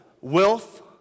wealth